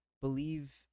believe